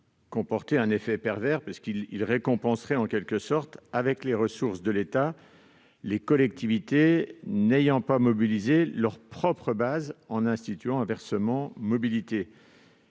comporter l'effet pervers de récompenser avec les ressources de l'État les collectivités n'ayant pas mobilisé leurs propres bases en instituant un versement mobilité.